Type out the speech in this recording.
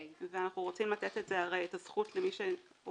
ואנחנו רוצים הרי לתת את הזכות למי שעוברת